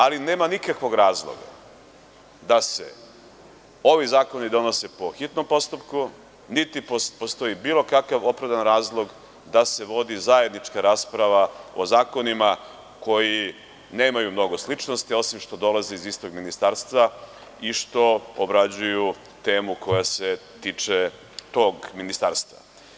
Ali, nema nikakvog razloga da se ovi zakoni donose po hitnom postupku, niti postoji bilo kakav opravdan razlog da se vodi zajednička rasprava o zakonima koji nemaju mnogo sličnosti, osim što dolaze iz istog ministarstva i što obrađuju temu koja se tiče tog ministarstva.